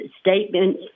statement